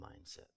mindset